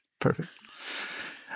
perfect